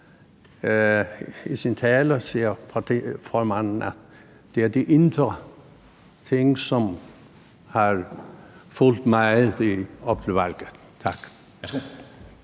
I sin tale siger partiformanden, at det er de nære ting, som har fyldt meget op til valget. Tak.